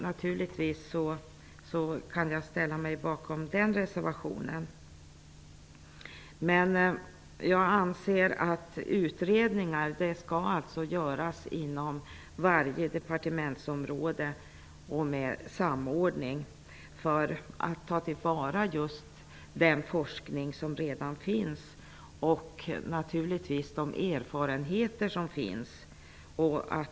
Naturligtvis ställer jag mig bakom den reservationen. Men jag anser att utredningar skall göras inom varje departementsområde och med samordning, just för att ta till vara den forskning och naturligtvis de erfarenheter som redan finns.